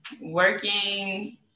working